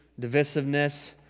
divisiveness